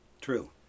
true